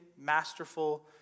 masterful